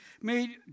made